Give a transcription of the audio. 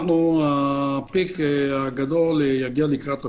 הפיק הגדול יגיע לקראת אוקטובר,